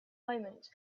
moment